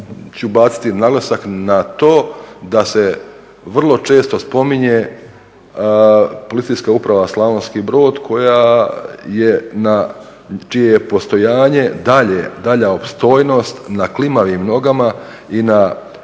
ću baciti naglasak na to da se vrlo često spominje Policijska uprava Slavonski Brod čije je postojanje dalja opstojnost na klimavim nogama i na